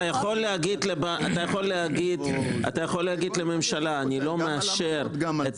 אתה יכול לומר לממשלה: אני לא מאשר את